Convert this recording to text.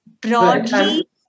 Broadly